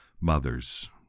Mothers